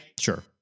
Sure